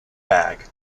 bag